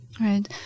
Right